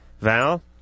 Val